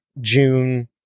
June